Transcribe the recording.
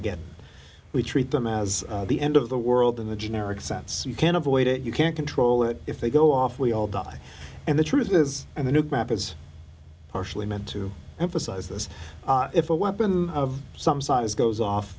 armageddon we treat them as the end of the world in the generic sense you can't avoid it you can't control it if they go off we all die and the truth is and the new cap is partially meant to emphasize this if a weapon of some size goes off